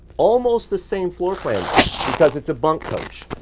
almost the same floor plan because it's a bunk coach.